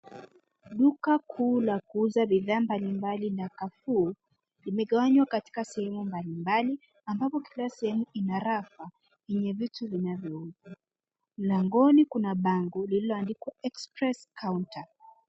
DuKa kuu la kuuza bidhaa mbalimbali na kafuu imegawanywa katika sehemu mbali mbali ambapo kila sehemu kina rafa enye vitu vinavyouzwa. mlangoni kuna bango lililoandikwa express counter